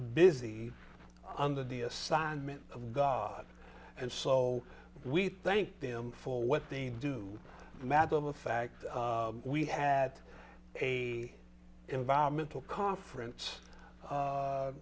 busy under the assignment of god and so we thank them for what they do matter of fact we had a environmental conference